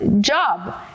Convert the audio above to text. job